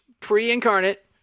pre-incarnate